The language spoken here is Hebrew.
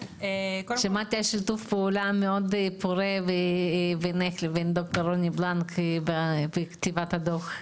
שמעתי על שיתוף פעולה מאוד פורה בינך לבין ד"ר רוני בלנק בכתיבת הדו"ח.